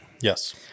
Yes